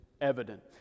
evident